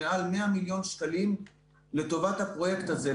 מעל 100 מיליון שקלים לטובת הפרויקט הזה.